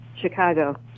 Chicago